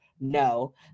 No